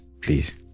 please